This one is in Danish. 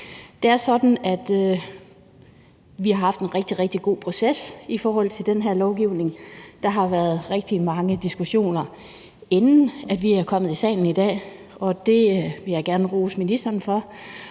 og fastnet. Vi har haft en rigtig, rigtig god proces i forbindelse med det her lovforslag. Der har været rigtig mange diskussioner, inden vi er kommet i salen i dag, og det vil jeg gerne rose ministeren for.